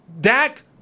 Dak